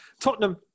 Tottenham